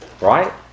Right